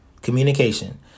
communication